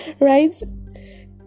right